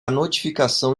notificação